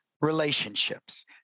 relationships